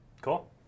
cool